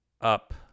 up